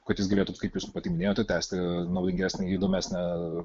kad jis galėtų kaip jūs pati minėjote tęsti naudingesnį įdomesnę